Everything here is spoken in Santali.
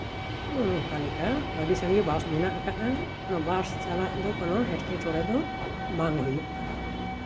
ᱞᱮᱠᱟ ᱟᱹᱰᱤ ᱥᱟᱜᱮ ᱵᱟᱥ ᱢᱮᱱᱟᱜ ᱠᱟᱫᱟ ᱵᱟᱥ ᱪᱟᱞᱟᱜ ᱫᱚ ᱮᱴᱠᱮᱴᱚᱬᱮ ᱫᱚ ᱵᱟᱝ ᱦᱩᱭᱩᱜ ᱠᱟᱱᱟ